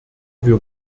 wir